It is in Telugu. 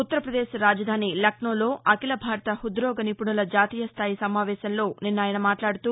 ఉత్తర పదేశ్ రాజధాని లక్నోలో అఖిల భారత హృదోగ నిపుణుల జాతీయ స్థాయి సమావేశంలో నిన్న ఆయన మాట్లాడుతూ